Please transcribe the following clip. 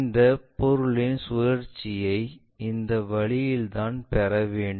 இந்தப் பொருளின் சுழற்சியை இந்த வழியில்தான் பெற வேண்டும்